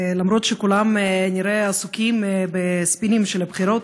למרות שכולם כנראה עסוקים בספינים של הבחירות,